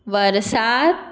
वर्सांत